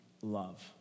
love